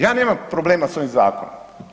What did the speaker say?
Ja nemam problema s ovim Zakonom.